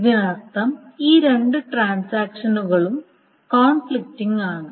ഇതിനർത്ഥം ഈ രണ്ട് ഇൻസ്ട്രക്ഷനുകങ്ങളും കോൺഫ്ലിക്റ്റിംഗ് ആണ്